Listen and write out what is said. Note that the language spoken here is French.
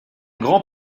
grand